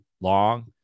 long